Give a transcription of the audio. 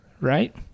Right